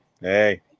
hey